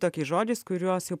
tokiais žodžiais kuriuos jau